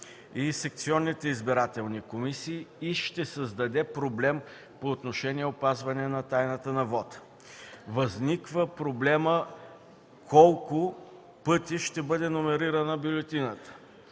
секционните избирателни комисии и ще създаде проблем по отношение опазване тайната на вота. Възниква проблемът: колко пъти ще бъде номерирана бюлетината?